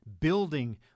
building